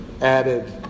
added